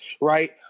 right